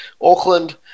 Auckland